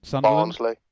Barnsley